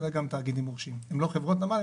הם לא חברות נמל,